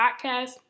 podcast